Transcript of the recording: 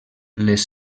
les